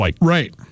right